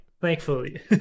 Thankfully